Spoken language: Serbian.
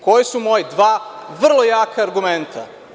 Koja su moja dva vrlo jaka argumenta?